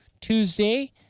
Tuesday